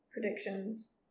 predictions